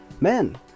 Men